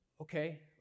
okay